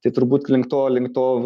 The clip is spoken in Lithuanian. tai turbūt link to link to